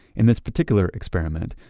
in this particular experiment,